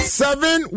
seven